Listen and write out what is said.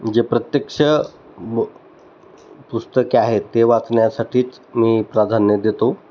जे प्रत्यक्ष पुस्तके आहेत ते वाचण्यासाठीच मी प्राधान्य देतो